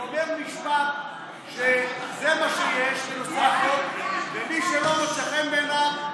ואומר משפט שזה מה שיש לפי החוק ומי שלא מוצא חן בעיניו,